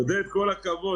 עודד, כל הכבוד.